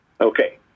Okay